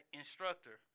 instructor